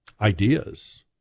ideas